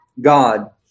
God